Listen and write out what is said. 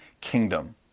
Kingdom